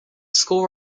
school